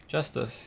just the